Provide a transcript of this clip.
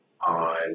on –